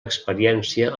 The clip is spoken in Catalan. experiència